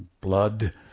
blood